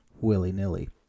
willy-nilly